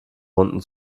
runden